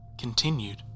continued